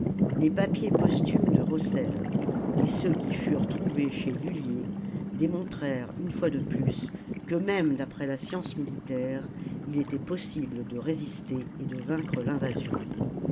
les papiers posthumes de rossel et ceux qui furent trouvés chez lullier démontrèrent une fois de plus que même d'après la science militaire il était possible de résister et de vaincre l'invasion